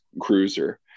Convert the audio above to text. cruiser